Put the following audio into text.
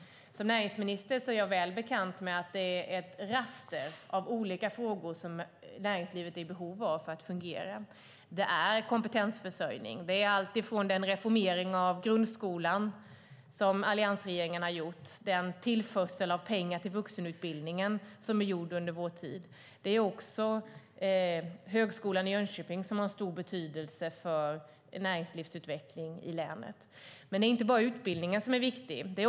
Som näringsminister är jag väl bekant med det raster av olika frågor som näringslivet är i behov av för att fungera. Det gäller kompetensförsörjning. Det gäller allt från den reformering av grundskolan som alliansregeringen gjort och den tillförsel av pengar till vuxenutbildningen som gjorts under vår tid till att Högskolan i Jönköping har stor betydelse för näringslivsutvecklingen i länet. Men det är inte bara utbildningen som är viktig.